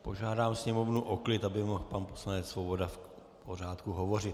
Požádám sněmovnu o klid, aby mohl pan poslanec Svoboda v pořádku hovořit.